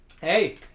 Hey